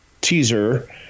teaser